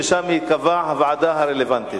ושם תיקבע הוועדה הרלוונטית.